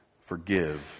Forgive